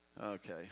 Okay